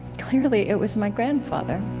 clearly it was my grandfather